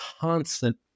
constant